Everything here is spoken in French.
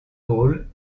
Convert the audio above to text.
hall